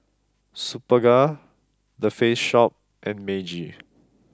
Superga the Face Shop and Meiji